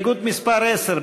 ההסתייגות (10)